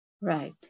Right